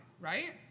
right